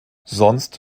sonst